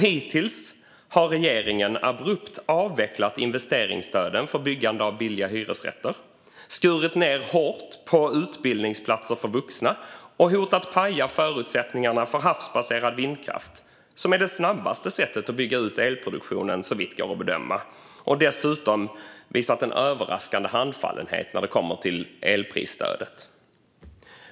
Hittills har regeringen abrupt avvecklat investeringsstöden för byggande av billiga hyresrätter, skurit ned rejält på utbildningsplatser för vuxna och hotat att paja förutsättningarna för havsbaserad vindkraft, som är det snabbaste sättet att bygga ut elproduktionen såvitt går att bedöma. Man har dessutom visat en överraskande handfallenhet när det gäller elprisstödet.